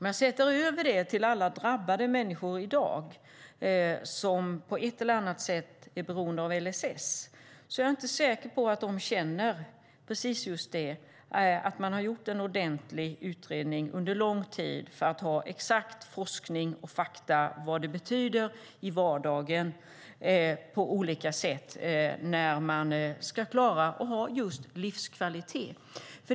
Jag är inte säker på att alla drabbade människor som på ett eller annat sätt är beroende av LSS känner att det har gjorts en omfattande utredning som baseras på forskning och fakta som visar vad en hund betyder för livskvaliteten.